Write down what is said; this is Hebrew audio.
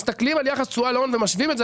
כשמסתכלים על יחס תשואה להון ומשווים את זה,